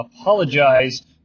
apologize